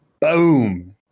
Boom